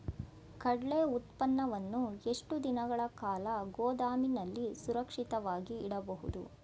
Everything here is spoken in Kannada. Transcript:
ಕಡ್ಲೆ ಉತ್ಪನ್ನವನ್ನು ಎಷ್ಟು ದಿನಗಳ ಕಾಲ ಗೋದಾಮಿನಲ್ಲಿ ಸುರಕ್ಷಿತವಾಗಿ ಇಡಬಹುದು?